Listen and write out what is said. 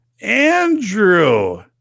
Andrew